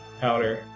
powder